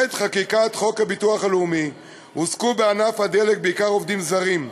בעת חקיקת חוק הביטוח הלאומי האמור הועסקו בענף הדלק בעיקר עובדים זרים,